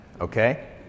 Okay